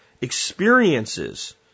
experiences